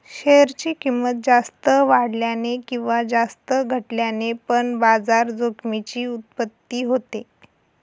share ची किंमत जास्त वाढल्याने किंवा जास्त घटल्याने पण बाजार जोखमीची उत्पत्ती होते